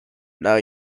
now